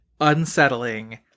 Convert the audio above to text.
unsettling